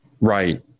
Right